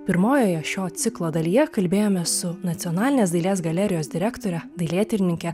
pirmojoje šio ciklo dalyje kalbėjomės su nacionalinės dailės galerijos direktore dailėtyrininke